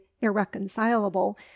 irreconcilable